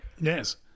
Yes